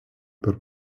per